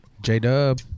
J-Dub